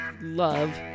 love